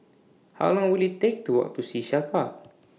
How Long Will IT Take to Walk to Sea Shell Park